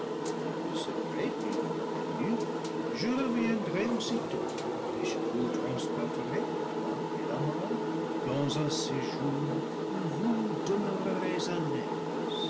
le secret une fois connu je reviendrai aussitôt et je vous trans porterai toi et la mort dans un séjour où vous demeurerez